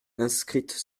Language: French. inscrite